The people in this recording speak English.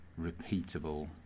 repeatable